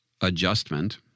adjustment